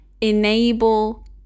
enable